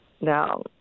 No